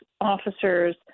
officers